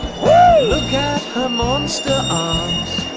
look at her monster arms.